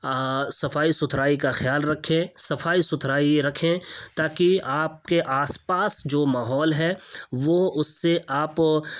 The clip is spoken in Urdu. صفائی ستھرائی کا خیال رکھیں صفائی ستھرائی رکھیں تاکہ آپ کے آس پاس جو ماحول ہے وہ اس سے آپ